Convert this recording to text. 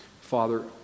father